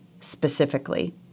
specifically